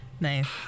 Nice